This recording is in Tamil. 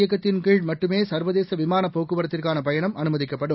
இயக்கத்தின்கீழ் வந்தேபாரத் மட்டுமேசர்வதேசவிமானபோக்குவரத்துக்கானபயணம் அனுமதிக்கப்படும்